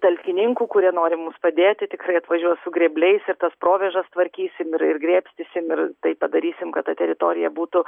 talkininkų kurie nori mums padėti tikrai atvažiuos su grėbliais ir tas provėžas tvarkysim ir ir grėbstysim ir tai padarysim kad ta teritorija būtų